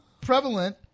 prevalent